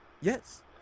yes